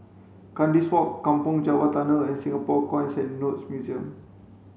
Kandis Walk Kampong Java Tunnel and Singapore Coins and Notes Museum